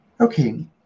Okay